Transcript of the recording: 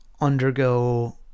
undergo